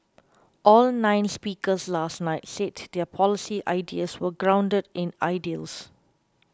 all nine speakers last night said their policy ideas were grounded in ideals